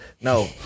no